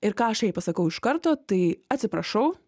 ir ką aš jai pasakau iš karto tai atsiprašau